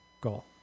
goal